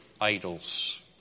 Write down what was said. idols